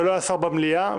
ולא השר במליאה.